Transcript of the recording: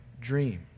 dream